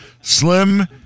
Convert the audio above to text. Slim